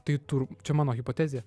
tai tur čia mano hipotezė